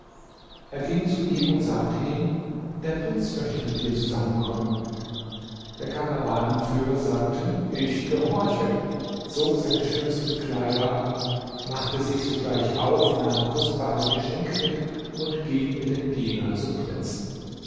er ging zu ihm und sagte ihm der prinz möchte mit dir zusammenkommen der karawanenführer sagte ich gehorche zog seine schönsten kleider an machte sich sogleich auf nahm kostbare geschenke mit und ging mit dem diener zum prinzen